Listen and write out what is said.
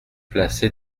placé